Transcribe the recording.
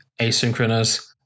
asynchronous